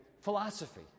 Philosophy